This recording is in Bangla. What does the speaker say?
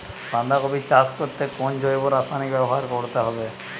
বাঁধাকপি চাষ করতে কোন জৈব রাসায়নিক ব্যবহার করতে হবে?